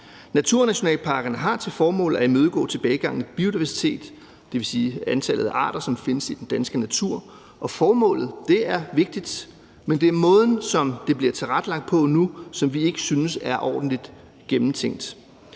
Naturnationalparkerne har til formål at imødegå tilbagegangen i biodiversitet, dvs. antallet af arter, som findes i den danske natur. Formålet er vigtigt, men det er måden, som det bliver tilrettelagt på nu, som vi ikke synes er ordentlig gennemtænkt.